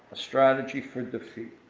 istrategy for defeat